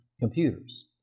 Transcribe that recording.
computers